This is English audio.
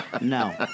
No